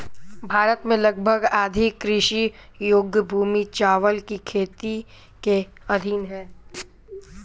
भारत में लगभग आधी कृषि योग्य भूमि चावल की खेती के अधीन है